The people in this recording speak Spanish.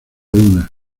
una